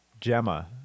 Gemma